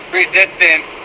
resistance